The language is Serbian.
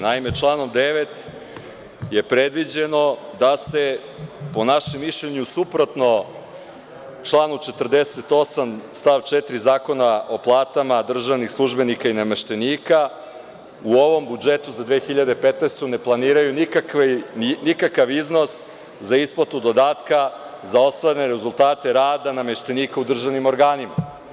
Naime, članom 9. je predviđeno da se, po našem mišljenju, suprotno članu 48. stav 4. Zakona o platama državnih službenika i nameštenika, u ovom budžetu za 2015. godinu ne planira nikakav iznos za isplatu dodatka za ostvarene rezultate rada nameštenika u državnim organima.